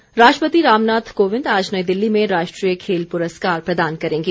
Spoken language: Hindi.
खेल परस्कार राष्ट्रपति रामनाथ कोविंद आज नई दिल्ली में राष्ट्रीय खेल पुरस्कार प्रदान करेंगे